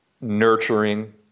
nurturing